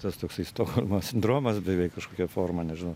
tas toksai stokholmo sindromas beveik kažkokia forma nežinau